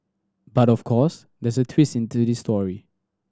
but of course there's a twist into this story